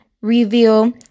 Reveal